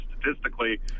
statistically